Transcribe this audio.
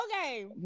Okay